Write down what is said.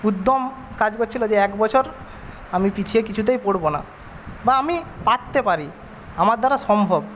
উদ্যম কাজ করছিল যে এক বছর আমি পিছিয়ে কিছুতেই পড়ব না বা আমি পারতে পারি আমার দ্বারা সম্ভব